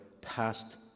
past